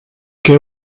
què